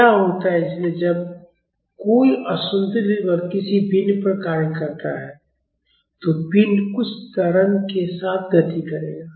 क्या होता है इसलिए जब कोई असंतुलित बल किसी पिंड पर कार्य करता है तो पिंड कुछ त्वरण के साथ गति करेगा